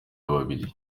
babiri